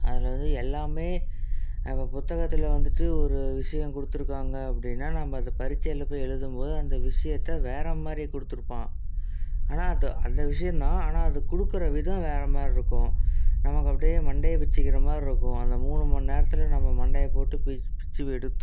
அதில் வந்து எல்லாம் நம்ம புத்தகத்தில் வந்துட்டு ஒரு விஷயம் கொடுத்துருக்காங்க அப்படினா நம்ம அதை பரிட்சையில போய் எழுதும் போது அந்த விஷயத்த வேறு மாதிரி கொடுத்துருப்பான் ஆனால் அதை அந்த விஷயம் தான் ஆனால் அது கொடுக்குற விதம் வேறு மாதிரி இருக்கும் நமக்கு அப்படியே மண்டையை பிச்சிக்கிற மாதிரி இருக்கும் அந்த மூணு மணிநேரத்தில் நம்ம மண்டையை போட்டு பிய்ச்சி பிய்ச்சி எடுத்துடும்